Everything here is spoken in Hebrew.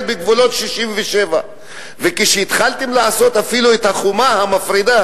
בגבולות 67'. כשהתחלתם לעשות אפילו את החומה המפרידה,